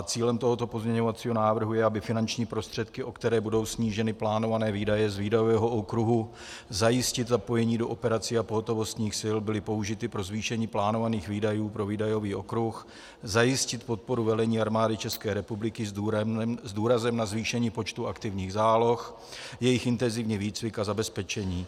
Cílem tohoto pozměňovacího návrhu je, aby finanční prostředky, o které budou sníženy plánované výdaje z výdajového okruhu zajistit zapojení do operací a pohotovostních sil, byly použity pro zvýšení plánovaných výdajů pro výdajový okruh zajistit podporu velení Armády České republiky s důrazem na zvýšení počtu aktivních záloh, jejich intenzivní výcvik a zabezpečení.